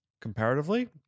comparatively